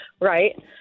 Right